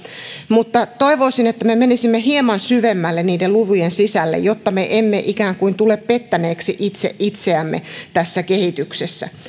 mutta toivoisin että me menisimme hieman syvemmälle niiden lukujen sisälle jotta me emme ikään kuin tule pettäneeksi itse itseämme tässä kehityksessä